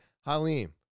halim